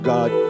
God